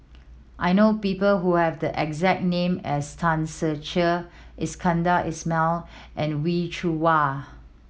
I know people who have the exact name as Tan Ser Cher Iskandar Ismail and Wee Cho Yaw